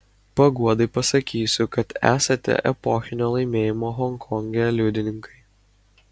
paguodai pasakysiu kad esate epochinio laimėjimo honkonge liudininkai